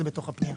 זה בתוך הפנייה.